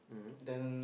mmhmm